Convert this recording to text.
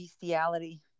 bestiality